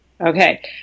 Okay